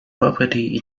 property